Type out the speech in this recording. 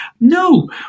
No